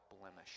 blemish